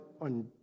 on